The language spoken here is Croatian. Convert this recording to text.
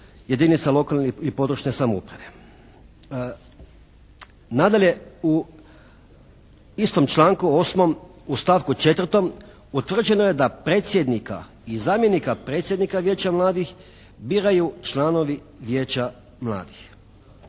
jedinica lokalne i područne samouprave. Nadalje u istom članku 8. u stavku 4. utvrđeno je da predsjednika i zamjenika predsjednika Vijeća mladih biraju članovi Vijeća mladih.